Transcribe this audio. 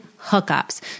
hookups